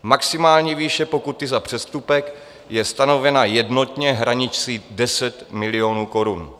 Maximální výše pokuty za přestupek je stanovena jednotně hranicí 10 milionů korun.